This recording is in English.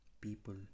people